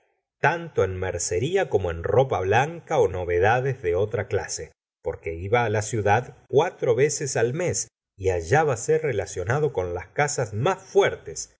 tanto en mercería como en la señora de bovary ropa blanca novedades de otra clase porque iba á la ciudad cuatro veces al mes y hallábase reta eionado con las casas mas fuertes